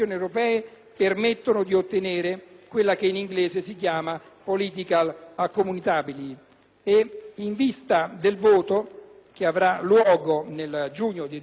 In vista del voto che avrà luogo nel giugno del 2009 sarebbe importante che coalizioni di partiti europei proponessero